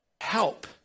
help